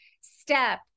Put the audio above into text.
step